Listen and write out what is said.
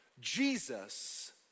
Jesus